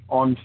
on